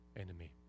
enemy